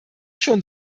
schon